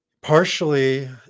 Partially